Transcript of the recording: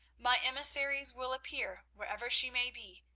my emissaries will appear wherever she may be,